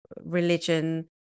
religion